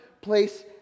place